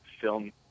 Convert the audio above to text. film